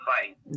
fight